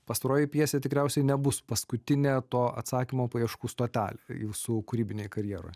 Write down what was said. pastaroji pjesė tikriausiai nebus paskutinė to atsakymo paieškų stotelė jūsų kūrybinėj karjeroj